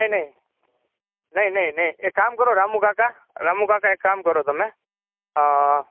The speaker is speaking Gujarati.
નઇ નઇ નઇ નઇ એક કામ કરો રામુ કાકા રામુ કાકા એક કામ કરો તમે